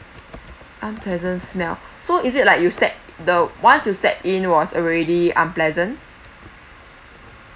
unpleasant smell so is it like you step the once you step in was already unpleasant